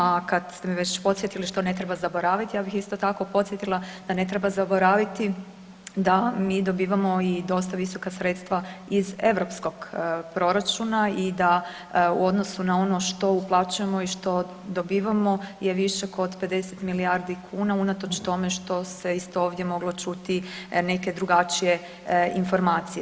A kad ste me već podsjetili što ne treba zaboraviti ja bih isto tako podsjetila da ne treba zaboraviti da mi dobivamo i dosta visoka sredstva iz europskog proračuna i da u odnosu na ono što uplaćujemo i što dobivamo je višak od 50 milijardi kuna unatoč tome što se isto ovdje moglo čuti neke drugačije informacije.